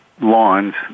lawns